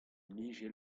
bije